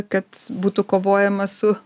kad būtų kovojama su